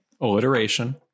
Alliteration